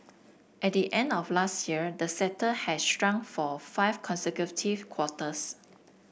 at the end of last year the sector had shrunk for five consecutive quarters